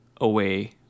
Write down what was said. away